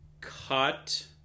cut